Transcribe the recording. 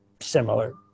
similar